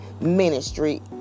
ministry